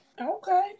Okay